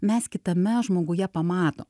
mes kitame žmoguje pamatom